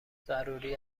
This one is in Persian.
ضروری